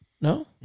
No